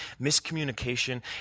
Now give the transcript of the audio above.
miscommunication